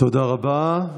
תודה רבה.